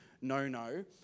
no-no